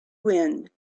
wind